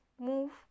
move